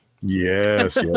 Yes